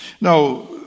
Now